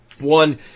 One